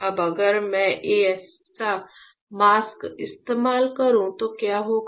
अब अगर मैं ऐसा मास्क इस्तेमाल करूँ तो क्या होगा